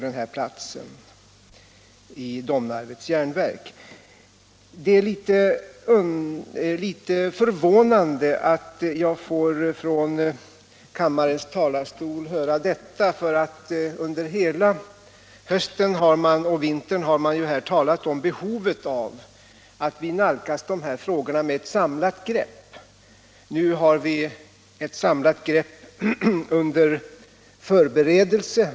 Det är litet förvånande att jag från kammarens talarstol får höra detta. Under hela hösten och vintern har man ju talat om behovet av att vi nalkas de här frågorna med ett samlat grepp. Nu har vi ett samlat grepp under förberedelse.